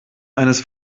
eines